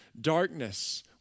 darkness